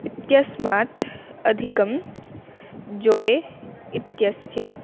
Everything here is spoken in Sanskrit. इत्यस्मात् अधिकं जोय् इत्यस्य